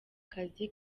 kazi